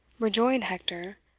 rejoined hector,